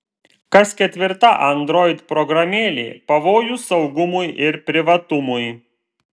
kas ketvirta android programėlė pavojus saugumui ir privatumui